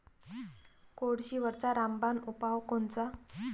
कोळशीवरचा रामबान उपाव कोनचा?